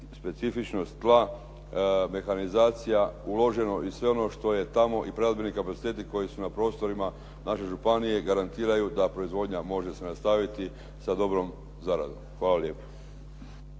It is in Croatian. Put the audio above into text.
specifičnost tla, mehanizacija, uloženo i sve ono što je tamo i preradbeni kapaciteti koji su na prostorima naše županije garantiraju da proizvodnja može se nastaviti sa dobrom zaradom. Hvala lijepo.